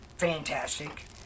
fantastic